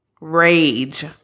rage